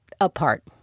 apart